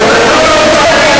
יואשם באונס?